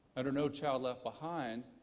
under no child left behind,